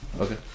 Okay